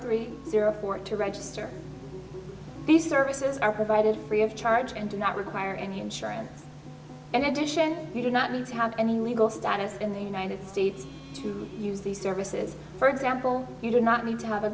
three zero four to register these services are provided free of charge and do not require any insurance and addition you do not use have any legal status in the united states to use these services for example you do not need to have a